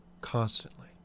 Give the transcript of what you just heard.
constantly